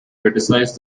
criticized